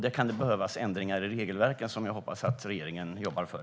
Då kan det behövas ändringar i regelverken, som jag hoppas att regeringen jobbar för.